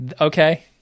okay